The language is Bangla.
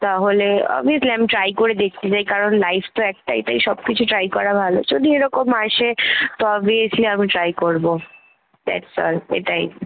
তাহলে আমি প্ল্যাম ট্রাই করে দেখতে চাই কারণ লাইফ তো একটাই তাই সব কিছু ট্রাই করা ভালো যদি এরকম আসে তবে সে আমি ট্রাই করব দ্যাটস অল এটাই